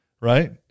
right